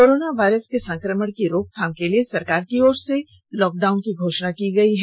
corona virus को संक्रमण की रोक थाम करने के लिए सरकार की ओर से लॉकडाउन की घोषणा की गई है